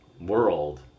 world